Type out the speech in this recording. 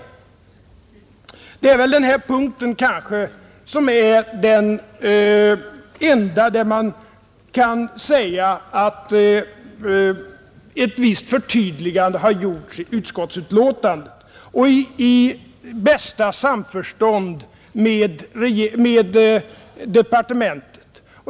Den punkten är väl den enda där man kan säga att ett visst förtydligande har gjorts i utskottsbetänkandet, i bästa samförstånd med departementet.